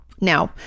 Now